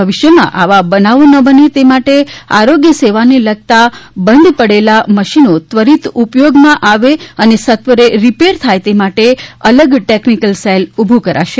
ભવિષ્યમાં આવા બનાવો ન બને તે માટે આરોગ્ય સેવાને લગતાં બંધ પડેલા મશીનો ત્વરિત ઉપયોગમાં આવે અને સત્વરે રીપેર થાય એ માટે ટેકનીકલ સેલ ઉભું કરાશે